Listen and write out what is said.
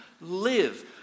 live